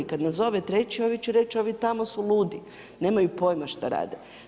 Kad nazove treći ovi će reći ovi tamo su ludi, nemaju pojma što rade.